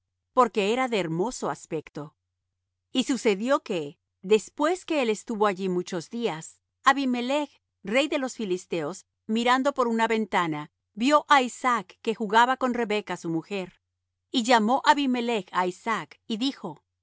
porque era de hermoso aspecto y sucedió que después que él estuvo allí muchos días abimelech rey de los filisteos mirando por una ventana vió á isaac que jugaba con rebeca su mujer y llamó abimelech á isaac y dijo